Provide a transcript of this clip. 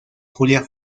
julia